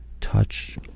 touch